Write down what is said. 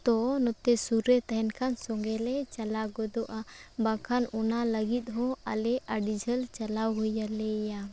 ᱛᱳ ᱱᱚᱛᱮ ᱥᱩᱨ ᱨᱮ ᱛᱟᱦᱮᱱ ᱠᱷᱟᱱ ᱥᱚᱸᱜᱮᱞᱮ ᱪᱟᱞᱟᱣ ᱜᱚᱫᱚᱜᱼᱟ ᱵᱟᱠᱷᱟᱱ ᱚᱱᱟ ᱞᱟᱹᱜᱤᱫᱦᱚᱸ ᱟᱞᱮ ᱟᱹᱰᱤ ᱡᱷᱟᱹᱞ ᱪᱟᱞᱟᱣ ᱦᱩᱭ ᱟᱞᱮᱭᱟ